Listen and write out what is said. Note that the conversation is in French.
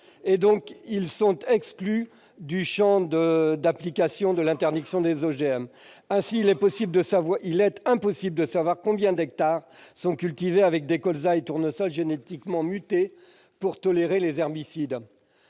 et sont donc exclues du champ d'application de l'interdiction des OGM. Ainsi, il est impossible de savoir combien d'hectares sont plantés en colzas et en tournesols génétiquement mutés pour tolérer des herbicides.